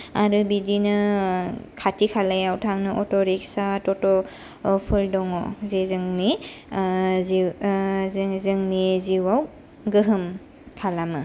आरो बिदिनो खाथि खालायाव थांनो अट' रिक्सा तत' फोर दङ जे जोंनि जि जोंनि जिउआव गोहोम खालामो